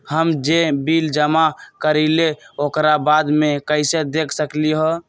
हम जे बिल जमा करईले ओकरा बाद में कैसे देख सकलि ह?